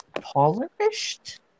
polished